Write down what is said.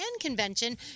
convention